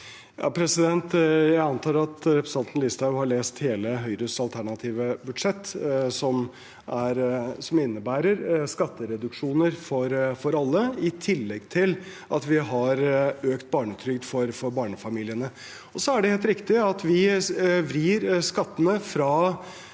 Jeg antar at repre- sentanten Listhaug har lest hele Høyres alternative budsjett, som innebærer skattereduksjoner for alle i tillegg til at vi har økt barnetrygd for barnefamiliene. Så er det helt riktig at vi vrir skattene fra